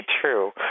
true